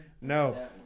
No